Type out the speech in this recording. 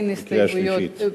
קריאה שלישית.